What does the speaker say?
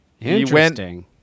Interesting